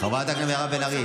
חברת הכנסת מירב בן ארי,